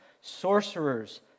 sorcerers